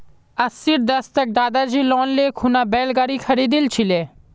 अस्सीर दशकत दादीजी लोन ले खूना बैल गाड़ी खरीदिल छिले